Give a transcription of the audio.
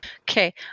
Okay